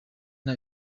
nta